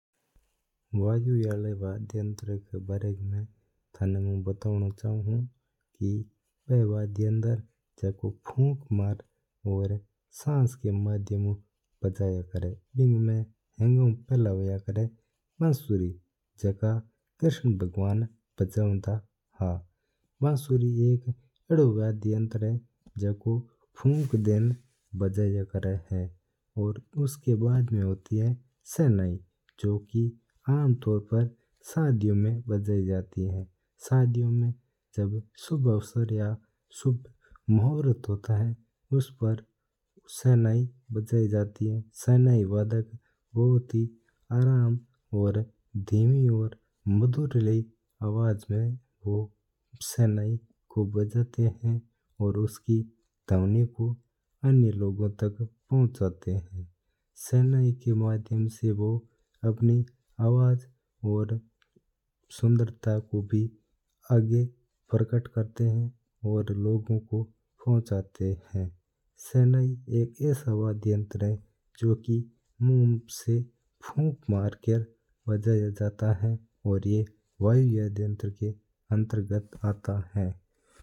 वायु आला यंत्र री बारा मैं थाने बतावणो चाऊ हूं। जो यंत्र फुंक मारी और संश ऊ बजवा है बा वायु यंत्र हुया करा है। बिनमा हंगा ऊ पहला हुआ बसुरी बा कृष्ण भगवान बजावता हां। बसुरी एक आदी वाद्य यंत्र है जिन्ना फूक देण बजाया करा हां। और उनबाद अमी हुआ सहनाई जो आमतौर पर शादियों मैं बजाई जाती है। शादियों मैं जब शुभ मुहूर्त या शुभ अवसर होता है जब या बजाई जाती है।